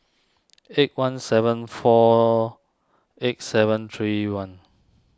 eight one seven four eight seven three one